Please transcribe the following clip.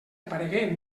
aparegué